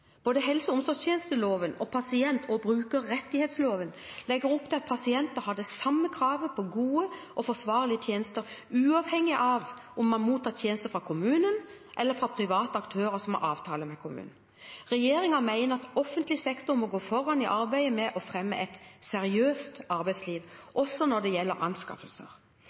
Både helse- og omsorgstjenesteloven og pasient- og brukerrettighetsloven legger opp til at pasienter har det samme kravet på gode og forsvarlige tjenester, uavhengig av om man mottar tjenester fra kommunen eller fra private aktører som har avtale med kommunen. Regjeringen mener at offentlig sektor må gå foran i arbeidet med å fremme et seriøst arbeidsliv også når det gjelder anskaffelser.